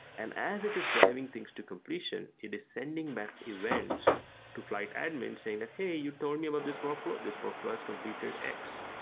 and as it is driving things to completion, it is sending back the event to flyte admin saying that, hey, you told me about ah this workflow. this workflow has completed x,